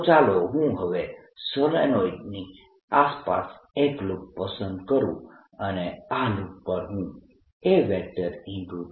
તો ચાલો હું હવે સોલેનોઇડની આસપાસ એક લૂપ પસંદ કરૂ અને આ લૂપ પર હું A